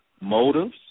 motives